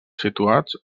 situats